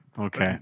okay